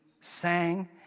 sang